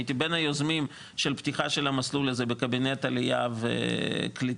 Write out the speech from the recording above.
אני הייתי בין היוזמים של המסלול הזה בקבינט עלייה וקליטה,